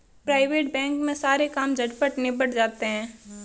private bank में सारे काम झटपट निबट जाते हैं